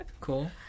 Cool